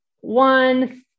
One